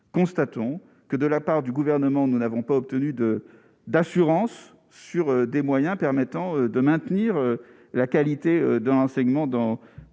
constatons que de la part du gouvernement, nous n'avons pas obtenu de d'assurance sur des moyens permettent. Temps de maintenir la qualité d'enseignement dans, dans,